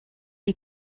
die